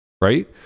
right